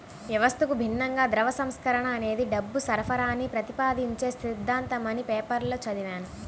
వ్యవస్థకు భిన్నంగా ద్రవ్య సంస్కరణ అనేది డబ్బు సరఫరాని ప్రతిపాదించే సిద్ధాంతమని పేపర్లో చదివాను